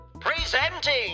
Presenting